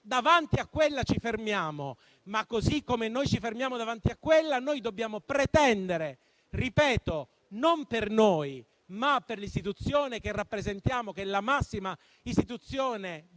ovviamente ci fermiamo, però, così come noi ci fermiamo davanti a quelli, dobbiamo pretendere - non per noi, ma per l'istituzione che rappresentiamo, che è la massima istituzione di